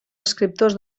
escriptors